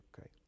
okay